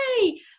yay